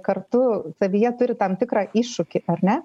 kartu savyje turi tam tikrą iššūkį ar ne